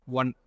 one